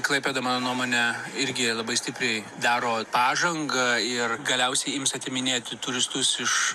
klaipėda mano nuomone irgi labai stipriai daro pažangą ir galiausiai ims atiminėti turistus iš